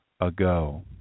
ago